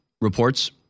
reports –